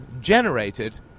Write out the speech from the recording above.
generated